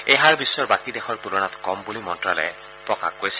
এই হাৰ বিশ্বৰ বাকী দেশৰ তৃলনাত কম বুলি মন্তালয়ে প্ৰকাশ কৰিছে